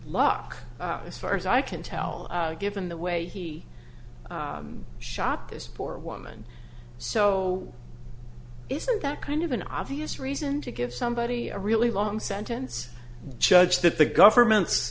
luck as far as i can tell given the way he shot this poor woman so isn't that kind of an obvious reason to give somebody a really long sentence judge that the government's